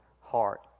heart